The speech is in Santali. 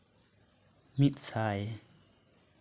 ᱢᱤᱫ ᱥᱟᱭ